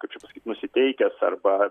kaip čia pasakyt nusiteikęs arba